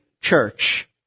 church